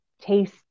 taste